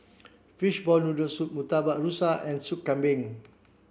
fishball noodle soup Murtabak Rusa and Soup Kambing